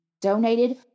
donated